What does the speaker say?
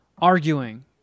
arguing